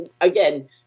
again